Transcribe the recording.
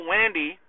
Wendy